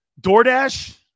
DoorDash